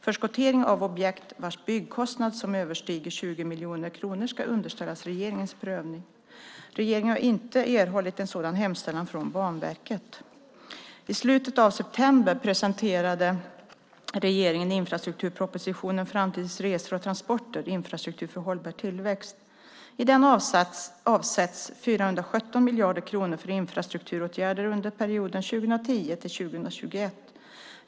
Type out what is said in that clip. Förskottering av objekt vars byggkostnad överstiger 20 miljoner kronor ska underställas regeringens prövning. Regeringen har inte erhållit en sådan hemställan från Banverket. I slutet av september presenterade regeringen infrastrukturpropositionen 2008/09:35 Framtidens resor och transporter - infrastruktur för hållbar tillväxt . I den avsätts 417 miljarder kronor för infrastrukturåtgärder under perioden 2010-2021.